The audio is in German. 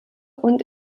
und